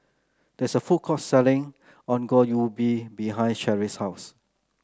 there is a food court selling Ongol Ubi behind Cherri's house